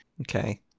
Okay